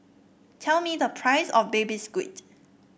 tell me the price of Baby Squid